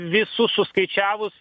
visus suskaičiavus